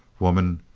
woman,